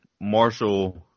Marshall